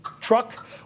truck